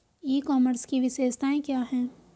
ई commerce की विशेषताएं क्या हैं?